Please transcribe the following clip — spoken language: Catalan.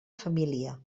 família